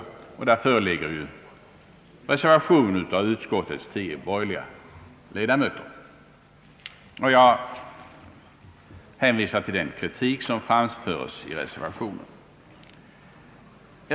Där föreligger ju en reservation av utskottets tio borgerliga ledamöter. Jag hänvisar till den kritik som anföres i reservationen.